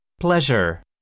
Pleasure